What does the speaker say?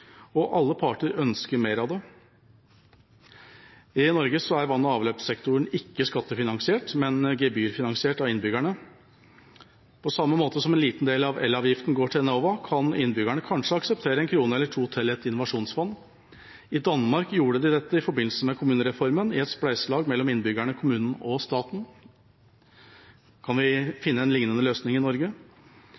og alle parter ønsker mer av det. I Norge er vann- og avløpssektoren ikke skattefinansiert, men gebyrfinansiert av innbyggerne. På samme måte som en liten del av elavgiften går til Enova, kan innbyggerne kanskje akseptere en krone eller to til et innovasjonsfond? I Danmark gjorde de dette i forbindelse med kommunereformen i et spleiselag mellom innbyggerne, kommunen og staten. Kan vi finne en liknende løsning i Norge?